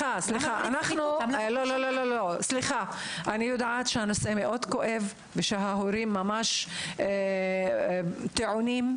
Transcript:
אני יודעת שהנושא מאוד כואב ושההורים ממש טעונים,